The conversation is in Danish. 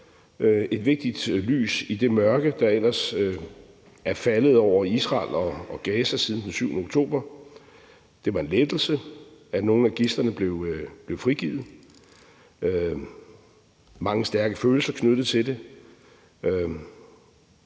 et vigtigt lys i det mørke, der ellers er faldet over Israel og Gaza siden den 7. oktober. Det var en lettelse, at nogle af gidslerne blev frigivet. Der var mange stærke følelser knyttet til det.